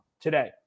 today